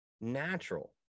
natural